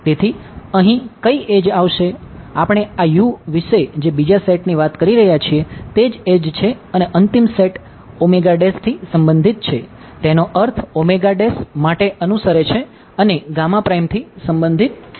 તેથી અહીં કઈ એડ્જ થી સંબંધિત છે તેનો અર્થ માટે અનુસરે છે અને થી સંબંધિત નથી